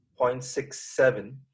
0.67